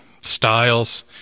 styles